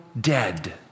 dead